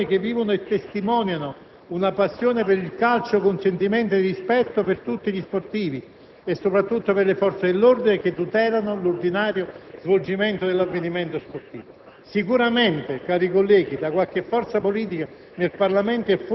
Siamo dalla parte della stragrande maggioranza dei giovani e meno che vivono e testimoniano una passione per il calcio con sentimenti di rispetto per tutti gli sportivi e soprattutto per le forze dell'ordine che tutelano l'ordinario svolgimento dell'avvenimento sportivo.